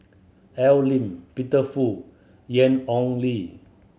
Al Lim Peter Fu Ian Ong Li